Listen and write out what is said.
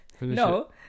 No